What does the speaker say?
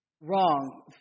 wrong